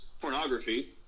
pornography